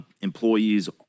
employees